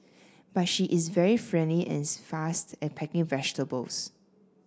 but she is very friendly and fast at packing vegetables